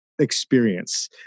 Experience